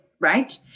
right